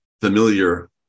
familiar